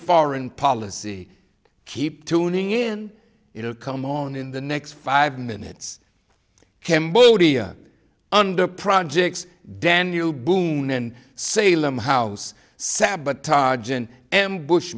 foreign policy keep tuning in you know come on in the next five minutes cambodia under projects daniel boone in salem house sabotage an ambush